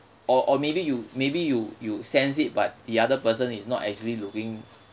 or or maybe you maybe you you sense it but the other person is not actually looking